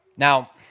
Now